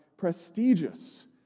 prestigious